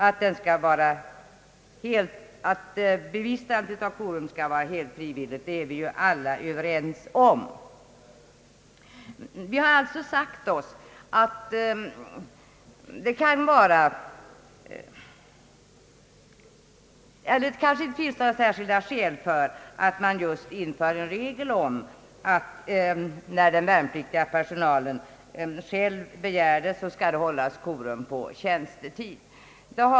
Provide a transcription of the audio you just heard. Att deltagande i korum skall vara helt frivilligt är vi ju alla överens om. Utskottet har då ansett att det inte finns några särskilda skäl att införa en särskild regel om att, när den värnpliktiga personalen själv så begär, korum skall hållas på tjänstetid.